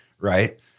Right